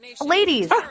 Ladies